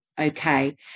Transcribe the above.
okay